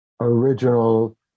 original